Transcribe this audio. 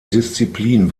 disziplin